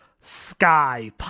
sky